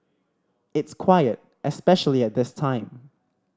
it's quiet especially at this time